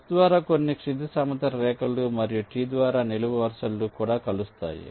S ద్వారా కొన్ని క్షితిజ సమాంతర రేఖలు మరియు T ద్వారా నిలువు వరుసలు కూడా కలుస్తాయి